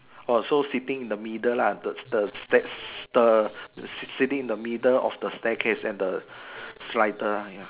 orh so sitting in the middle lah the the stair the sitting in the middle of the staircase and the slider uh ya